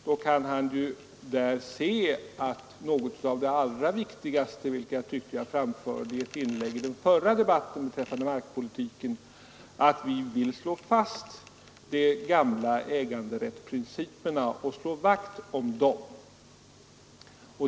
Där kan han då se att något av det allra viktigaste, vilket jag tyckte att jag framförde i ett inlägg i den förra debatten beträffande markpolitiken, är att vi vill slå fast de gamla äganderättsprinciperna och slå vakt om dem.